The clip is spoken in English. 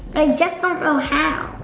i just don't know how.